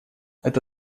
это